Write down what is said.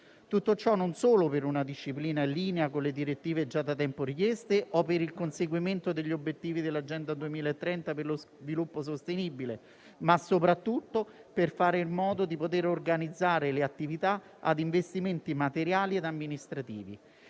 Tutto ciò non solo per una disciplina in linea con le direttive già da tempo richieste o per il conseguimento degli obiettivi dell'Agenda 2030 per lo sviluppo sostenibile, ma soprattutto per fare in modo di poter organizzare le attività ad investimenti materiali e amministrativi.